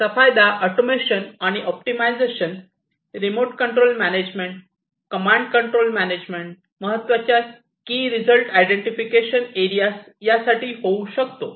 त्याचा फायदा ऑटोमेशन आणि optimisation remote control management command control management महत्त्वाच्या की रिझल्ट आयडेंटिफिकेशन एरिया यासाठी होऊ शकतो